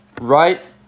right